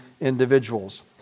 individuals